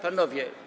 Panowie.